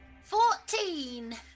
Fourteen